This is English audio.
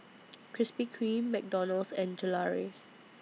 Krispy Kreme McDonald's and Gelare